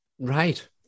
Right